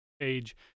page